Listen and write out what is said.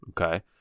okay